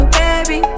baby